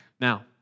Now